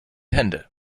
hände